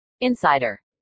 Insider